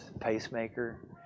pacemaker